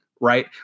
right